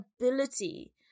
ability